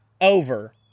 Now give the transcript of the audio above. over